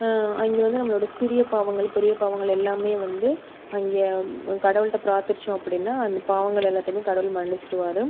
அங்கே வந்து நம்மளோடய சிறிய பாவங்கள் பெரிய பாவங்கள் எல்லாமே வந்து அங்கே கடவுள்கிட்ட பிராத்தித்தோம் அப்படின்னா அந்தப் பாவங்கள் எல்லாத்தையுமே கடவுள் மன்னிச்சிடுவாரு